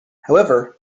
however